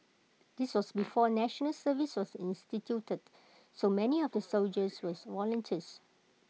this was before National Service was instituted so many of the soldiers were volunteers